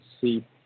see